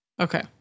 Okay